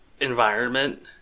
environment